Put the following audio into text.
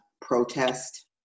protest